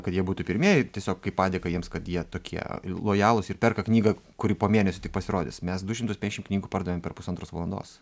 kad jie būtų pirmieji tiesiog kaip padėką jiems kad jie tokie lojalūs ir perka knygą kuri po mėnesio tik pasirodys mes du šimtus penkiasšim knygų pardavėm per pusantros valandos